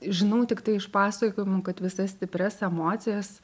žinau tiktai iš pasakojimų kad visas stiprias emocijas